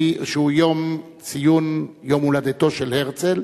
שהוא ציון יום הולדתו של הרצל.